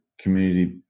community